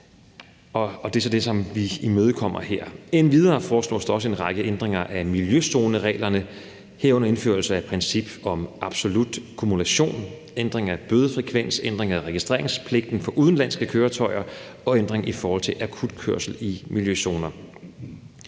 Endvidere foreslås der også en række ændringer af miljøzonereglerne, herunder en indførelse af et princip om absolut kumulation, en ændring af bødefrekvensen, en ændring af registreringspligten for udenlandske køretøjer og en ændring i forhold til akutkørsel i miljøzoner.